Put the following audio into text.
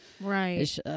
Right